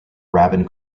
rabin